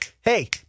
hey